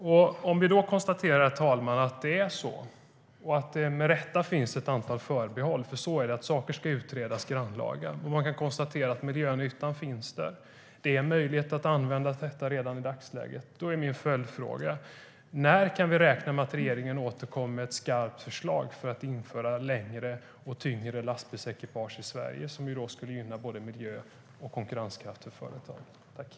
Låt oss konstatera, herr ålderspresident, att det är så och att det med rätta finns ett antal förbehåll - för saker ska utredas på ett grannlaga sätt. Man kan konstatera att miljönyttan finns där. Det finns en möjlighet att använda detta i dagsläget.